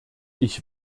ich